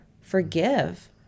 forgive